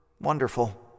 wonderful